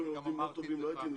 אני גם אמרתי את זה בפעם שעברה.